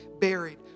buried